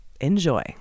Enjoy